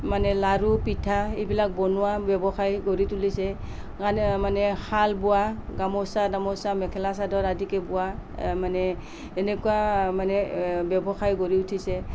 মানে লাৰু পিঠা এইবিলাক বনোৱা ব্যৱসায় গঢ়ি তুলিছে মানে মানে শাল বোৱা গামোচা তামোচা মেখেলা চাদৰ আদিকে বোৱা মানে এনেকুৱা মানে ব্যৱসায় গঢ়ি উঠিছে